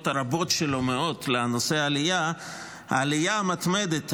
הרבות מאוד שלו לנושא העלייה: "העלייה המתמדת,